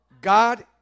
God